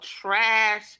trash